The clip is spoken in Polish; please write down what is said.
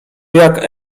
jak